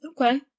Okay